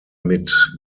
mit